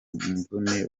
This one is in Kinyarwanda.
mvune